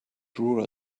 crew